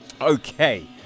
Okay